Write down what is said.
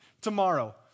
tomorrow